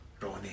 Ronnie